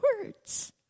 words